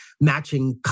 matching